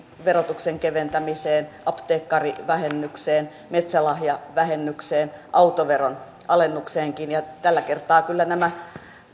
verotuksen keventämiseen apteekkarivähennykseen metsälahjavähennykseen autoveron alennukseenkin ja tällä kertaa kyllä nämä